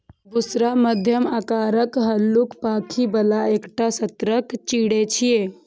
बुशरा मध्यम आकारक, हल्लुक पांखि बला एकटा सतर्क चिड़ै छियै